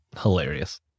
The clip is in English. Hilarious